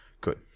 Good